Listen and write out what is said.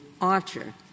Archer